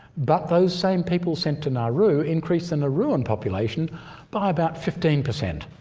but those same people sent to nauru increase the nauruan population by about fifteen per cent.